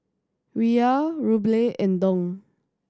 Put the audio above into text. Riyal Ruble and Dong